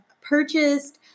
purchased